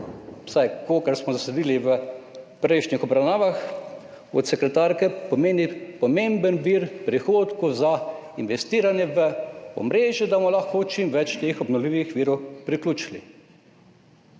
vsaj kolikor smo zasledili v prejšnjih obravnavah od sekretarke, pomeni pomemben vir prihodkov za investiranje v omrežje, da bomo lahko čim več teh obnovljivih virov priključili.